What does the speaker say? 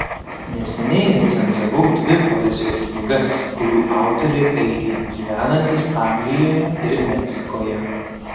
neseniai recenzavau dvi poezijos knygas kurių autoriai airiai gyvenantys anglijoje ir meksikoje